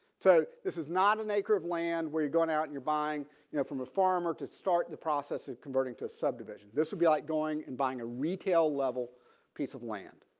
so this is not an acre of land where you're going out and you're buying you know from a farmer to start the process of converting to a subdivision. this will be like going and buying a retail level piece of land